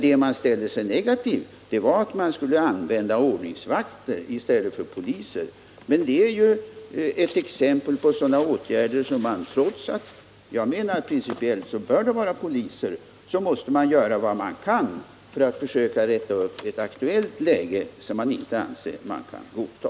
Vad polisen ställde sig negativ till var att ordningsvakter skulle användas i stället för poliser. Jag anser principiellt att här ifrågavarande uppgifter skall handhas av polis, men detta är ett exempel på att man måste göra vad man kan för att försöka komma till rätta med ett akut läge som man inte anser att man kan godta.